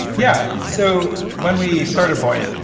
yeah. so when we started buoyant,